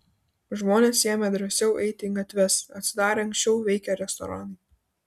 žmonės ėmė drąsiau eiti į gatves atsidarė anksčiau veikę restoranai